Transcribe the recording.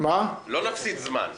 אבל אנחנו לא נפסיד זמן, נכון?